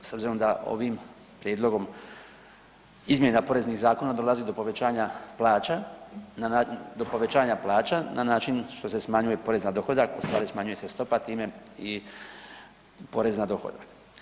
S obzirom da ovim prijedlogom izmjena poreznih zakona dolazi do povećanja plaća, na način, do povećanja plaća, na način što se smanjuje porez na dohodak, ustvari smanjuje se stopa, time i porez na dohodak.